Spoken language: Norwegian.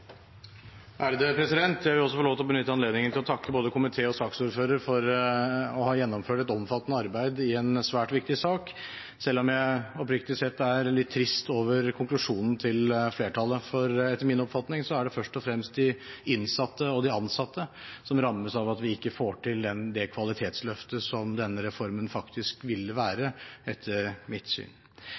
tredje punktum. Jeg vil også få lov til å benytte anledningen til å takke både komiteen og saksordføreren for å ha gjennomført et omfattende arbeid i en svært viktig sak, selv om jeg oppriktig er litt trist over konklusjonen til flertallet, for etter min oppfatning er det først og fremst de innsatte og de ansatte som rammes av at vi ikke får til det kvalitetsløftet som denne reformen etter mitt syn faktisk ville være.